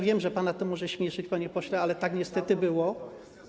Wiem, że to pana może śmieszy, panie pośle, ale tak niestety było.